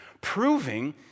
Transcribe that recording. proving